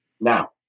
now